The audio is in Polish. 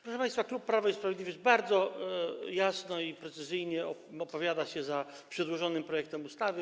Proszę państwa, klub Prawo i Sprawiedliwość bardzo jasno i precyzyjnie opowiada się za przedłożonym projektem ustawy.